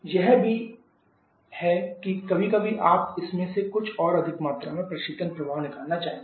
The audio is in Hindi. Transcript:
यह भी है कि कभी कभी आप इसमें से कुछ और अधिक मात्रा में प्रशीतन प्रभाव निकालना चाहेंगे